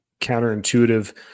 counterintuitive